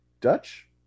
Dutch